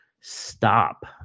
stop